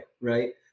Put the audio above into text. Right